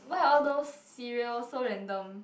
why are all those cereal so random